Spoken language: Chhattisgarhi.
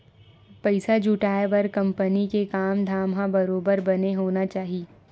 पइसा जुटाय बर कंपनी के काम धाम ह बरोबर बने होना चाही